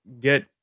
get